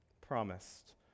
promised